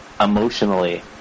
emotionally